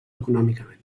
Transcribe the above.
econòmicament